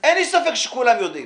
אין לי ספק שכולם יודעים